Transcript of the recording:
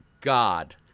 god